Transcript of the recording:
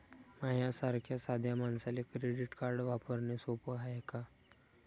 माह्या सारख्या साध्या मानसाले क्रेडिट कार्ड वापरने सोपं हाय का?